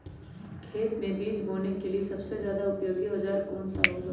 खेत मै बीज बोने के लिए सबसे ज्यादा उपयोगी औजार कौन सा होगा?